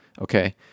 okay